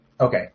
Okay